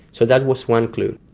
so that was one clue.